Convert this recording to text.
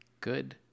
Good